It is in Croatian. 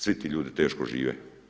Svi ti ljudi teško žive.